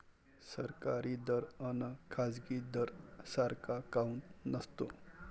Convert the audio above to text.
सरकारी दर अन खाजगी दर सारखा काऊन नसतो?